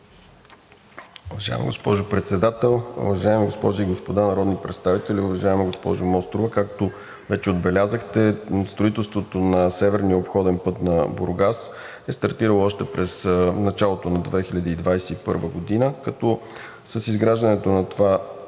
Уважаема госпожо Председател, уважаеми госпожи и господа народни представители! Уважаема госпожо Мострова, както вече отбелязахте, строителството на северния обходен път на Бургас е стартирало още през началото на 2021 г., като с изграждането на това